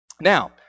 Now